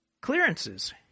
clearances